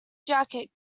jacket